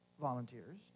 volunteers